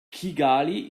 kigali